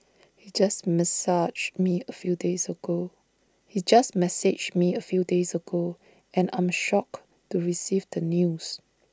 he just messaged me A few days ago he just messaged me A few days ago and I am shocked to receive the news